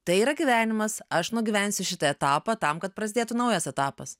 tai yra gyvenimas aš nugyvensiu šitą etapą tam kad prasidėtų naujas etapas